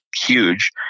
huge